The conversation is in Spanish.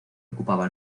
ocupaba